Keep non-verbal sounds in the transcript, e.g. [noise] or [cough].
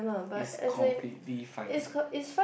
is completely fine [breath]